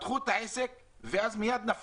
פתחו את העסק ואז מיד נפלו.